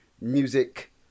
music